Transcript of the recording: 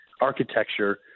architecture